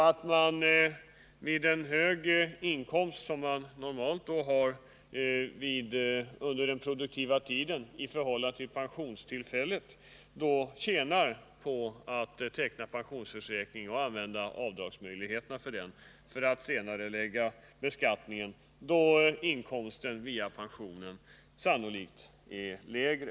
I produktiv ålder har man normalt en hög inkomst i förhållande till pensionstillfället, och man tjänar därför på att teckna pensionsförsäkring, använda avdragsmöjligheterna under den produktiva tiden och senarelägga beskattningen till pensioneringstiden, då inkomsten sannolikt är lägre.